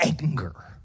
anger